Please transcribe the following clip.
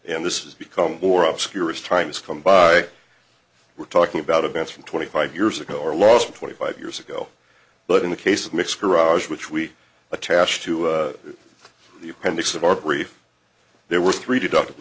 and this has become or obscure as time has come by we're talking about events from twenty five years ago or last twenty five years ago but in the case of mixed garage which we attached to the appendix of our brief there were three deducti